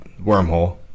Wormhole